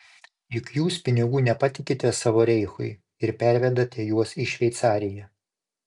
juk jūs pinigų nepatikite savo reichui ir pervedate juos į šveicariją